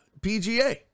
PGA